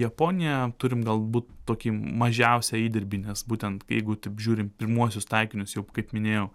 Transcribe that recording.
japonija turim galbūt tokį mažiausią įdirbį nes būtent jeigu taip žiūrint pirmuosius taikinius jau kaip minėjau